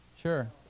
Sure